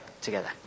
together